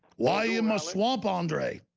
why you must swamp andre?